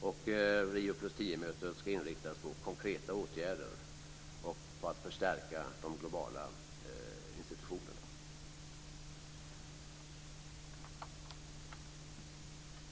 Och Rio + 10-mötet ska inriktas på konkreta åtgärder och på att förstärka de globala institutionerna.